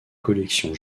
collections